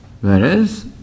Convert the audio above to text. Whereas